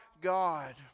God